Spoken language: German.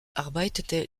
arbeitete